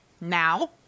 now